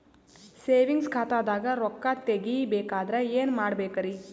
Savings ಖಾತಾದಾಗ ರೊಕ್ಕ ತೇಗಿ ಬೇಕಾದರ ಏನ ಮಾಡಬೇಕರಿ?